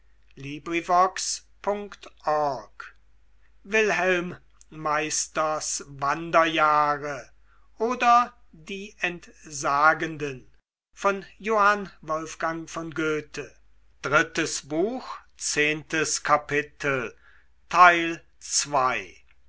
wilhelm meisters wanderjahre oder die entsagenden